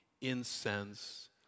incense